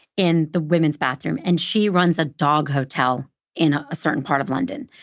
in the women's bathroom. and she runs a dog hotel in ah a certain part of london.